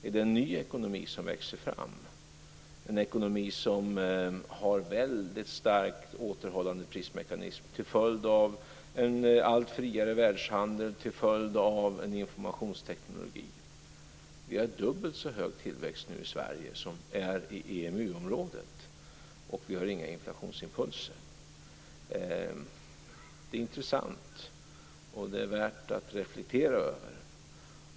Är det en ny ekonomi som växer fram, en ekonomi som har väldigt starka återhållande prismekanismer till följd av en allt friare världshandel och en informationsteknik? Vi har nu i Sverige dubbelt så hög tillväxt som inom EMU-området, och vi har inga inflationsimpulser. Det är intressant. Det är värt att reflektera över.